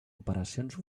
operacions